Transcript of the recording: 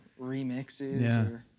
remixes